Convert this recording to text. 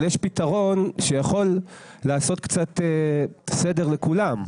אבל יש פתרון שיכול לעשות קצת סדר לכולם.